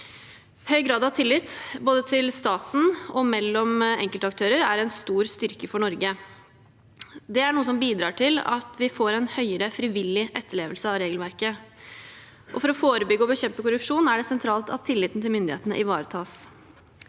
Høy grad av tillit, både til staten og mellom enkeltaktører, er en stor styrke for Norge. Det er noe som bidrar til at vi får en høyere frivillig etterlevelse av regelverket. For å forebygge og bekjempe korrupsjon er det sentralt at tilliten til myndighetene ivaretas.